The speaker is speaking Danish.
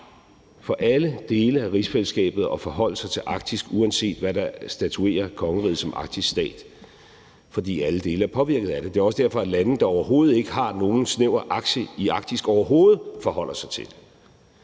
for alle dele af rigsfællesskabet at forholde sig til Arktis, uanset hvad der statuerer kongeriget som arktisk stat, fordi alle dele er påvirket af det. Det er også derfor, at lande, der overhovedet ikke har nogen snæver aktie i Arktis, forholder sig til det.